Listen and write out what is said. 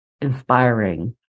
inspiring